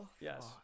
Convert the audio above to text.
Yes